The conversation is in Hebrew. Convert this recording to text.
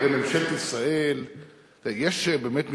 יש באמת משטרים,